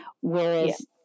Whereas